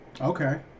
Okay